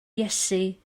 iesu